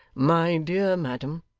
my dear madam,